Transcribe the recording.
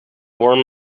warm